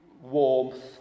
warmth